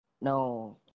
No